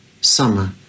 summer